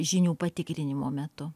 žinių patikrinimo metu